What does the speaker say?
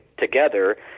together